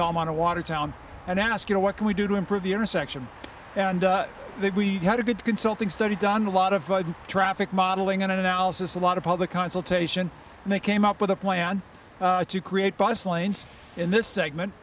belmont to watertown and asking what can we do to improve the intersection and we had a good consulting study done a lot of traffic modeling and analysis a lot of public consultation and they came up with a plan to create bus lanes in this segment